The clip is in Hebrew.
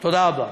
תודה רבה.